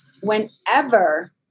whenever